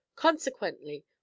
consequently